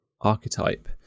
archetype